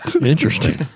Interesting